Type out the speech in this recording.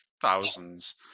thousands